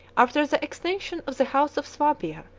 after the extinction of the house of swabia,